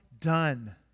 done